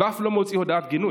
ואף לא מוציא הודעת גינוי,